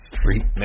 Street